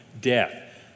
death